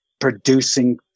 producing